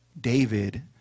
David